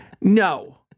No